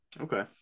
Okay